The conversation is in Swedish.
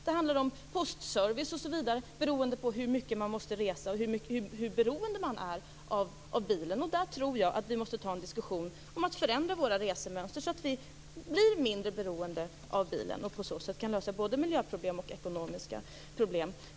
Det handlar om postservice, osv. Det handlar om hur mycket man måste resa och om hur beroende man är av bilen. Jag tror att vi måste ta en diskussion om att förändra våra resmönster, så att vi blir mindre beroende av bilen och på så sätt kan lösa både miljöproblem och ekonomiska problem.